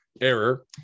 error